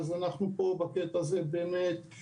אז אנחנו בעניין הזה בבעיה.